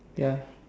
ya